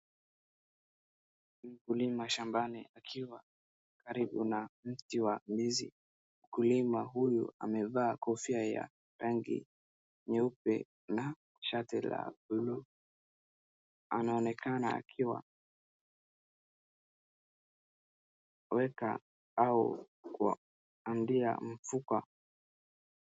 Mkulima shambani akiwa karibu na mti wa ndizi, mkulima huyu amevaa kofia ya rangi nyeupe na shati la blue anaonekana akiwa anaweka au kuandia mfuko.